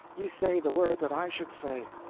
ye say the word that i should say.